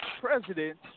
president